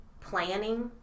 planning